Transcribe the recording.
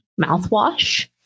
Mouthwash